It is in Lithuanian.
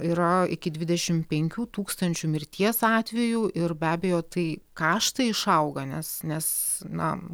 yra iki dvidešim penkių tūkstančių mirties atvejų ir be abejo tai kaštai išauga nes nes na